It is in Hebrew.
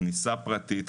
כניסה פרטית,